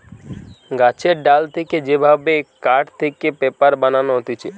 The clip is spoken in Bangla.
গাছের ডাল থেকে যে ভাবে কাঠ থেকে পেপার বানানো হতিছে